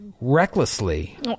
recklessly